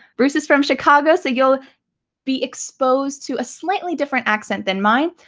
bruce is from chicago so you'll be exposed to a slightly different accent than mine.